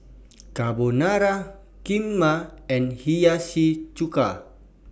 Carbonara Kheema and Hiyashi Chuka